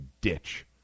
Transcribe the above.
ditch